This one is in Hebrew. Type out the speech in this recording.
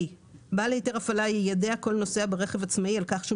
בעל היתר הפעלה יידע כל נוסע ברכב עצמאי על כך שהוא